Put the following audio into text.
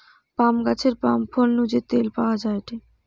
পাম গাছের পাম ফল নু যে তেল পাওয়া যায়টে